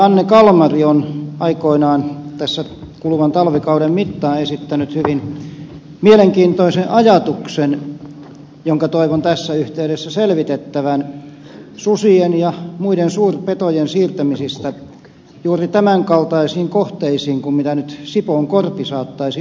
anne kalmari on aikoinaan tässä kuluvan talvikauden mittaan esittänyt hyvin mielenkiintoisen ajatuksen jonka toivon tässä yhteydessä selvitettävän susien ja muiden suurpetojen siirtämisen juuri tämän kaltaisiin kohteisiin kuin nyt sipoonkorpi saattaisi olla